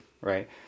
Right